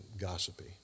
gossipy